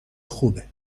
خوبه